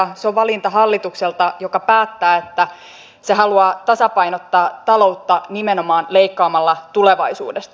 se on valinta hallitukselta joka päättää että se haluaa tasapainottaa taloutta nimenomaan leikkaamalla tulevaisuudesta